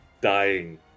dying